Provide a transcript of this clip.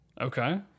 Okay